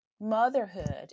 motherhood